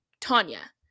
Tanya